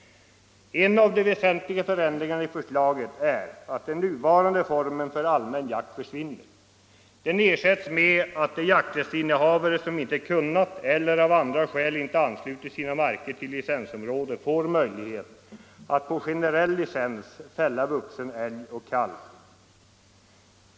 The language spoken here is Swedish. En av de väsentliga förändringarna i förslaget är att den nuvarande formen för allmän jakt försvinner. Den ersätts med att de jakträttsinnehavare, som inte kunnat eller av andra skäl inte anslutit sina marker till licensområde, får möjlighet att på generell licens fälla vuxen älg och kalv.